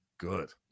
good